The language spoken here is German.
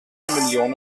millionen